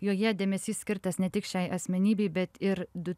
joje dėmesys skirtas ne tik šiai asmenybei bet ir du